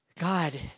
God